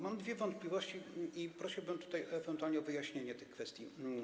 Mam dwie wątpliwości i prosiłbym tutaj ewentualnie o wyjaśnienie tych kwestii.